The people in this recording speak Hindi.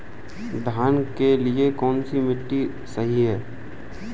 धान के लिए कौन सी मिट्टी सही है?